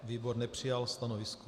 Výbor nepřijal stanovisko.